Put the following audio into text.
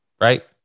right